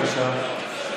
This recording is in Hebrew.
בבקשה.